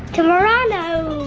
tomorano